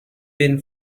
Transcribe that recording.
been